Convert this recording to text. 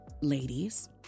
Ladies